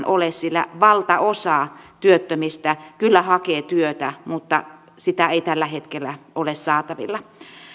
ole sillä valtaosa työttömistä kyllä hakee työtä mutta sitä ei tällä hetkellä ole saatavilla